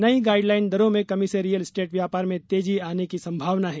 नई गाईडलाइन दरो में कमी से रियल स्टेट व्यापार में तेजी आने की संभावना है